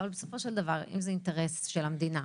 אבל בסופו של דבר, אם זה אינטרס של המדינה,